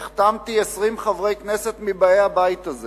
החתמתי 20 חברי כנסת מהבית הזה